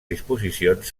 disposicions